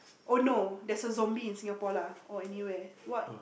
oh no there's a zombie in Singapore lah or anywhere what